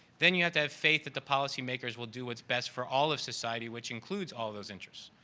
then you have to have faith that the policy makers will do what's best for all of society, which includes all those interest.